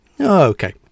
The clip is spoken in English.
Okay